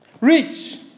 Rich